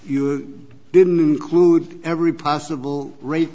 you didn't include every possible rape